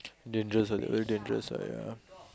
dangerous [ah]very dangerous ah ya